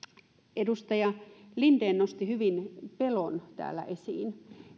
edustaja linden nosti hyvin täällä esiin